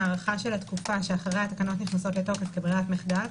הארכת התקופה שאחריה התקנות נכנסות לתוקף כברירת מחדל.